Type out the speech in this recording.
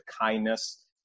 kindness